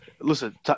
listen